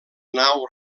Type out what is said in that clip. nau